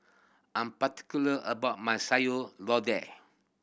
I'm particular about my Sayur Lodeh